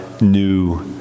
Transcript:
new